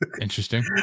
Interesting